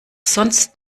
sonst